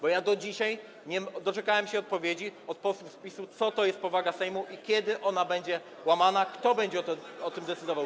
Do dzisiaj nie doczekałem się odpowiedzi od posłów z PiS-u, co to jest powaga Sejmu i kiedy ona będzie łamana, kto będzie o tym decydował.